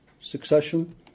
succession